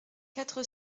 quatre